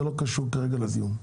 זה לא קשור כרגע לדיון.